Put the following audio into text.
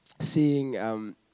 seeing